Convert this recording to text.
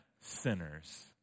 sinners